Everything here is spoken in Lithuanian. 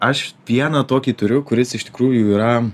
aš vieną tokį turiu kuris iš tikrųjų yra